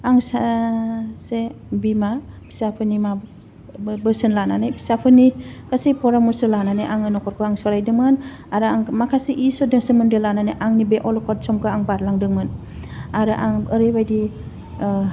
आं सासे बिमा फिसाफोरनि माब बोसोन लानानै फिसाफोरनि गासै फरामसा लानानै आङो नखरखौ आं सालायदोंमोन आरो आं माखासे इसोदो सोमोन्दो लानानै आंनि बे अलखद समखौ आं बारलांदोंमोन आरो आं ओरैबायदि